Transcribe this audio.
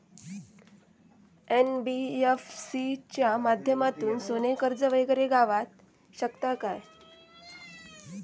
NBFC च्या माध्यमातून सोने कर्ज वगैरे गावात शकता काय?